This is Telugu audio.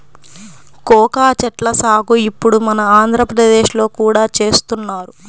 కోకా చెట్ల సాగు ఇప్పుడు మన ఆంధ్రప్రదేశ్ లో కూడా చేస్తున్నారు